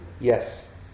Yes